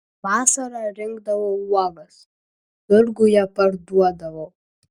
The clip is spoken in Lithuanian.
vasarą rinkdavau uogas turguje parduodavau